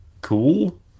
cool